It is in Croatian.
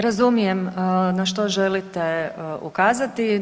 Razumijem na što želite ukazati.